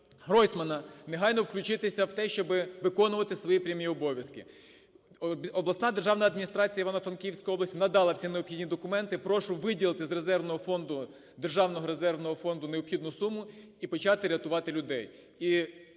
Гройсмана: негайно включитися в те, щоби виконувати свої прямі обов'язки. Обласна державна адміністрація Івано-Франківської області надали всі необхідні документи. Прошу виділити з резервного фонду, державного резервного фонду необхідну суму і почати рятувати людей,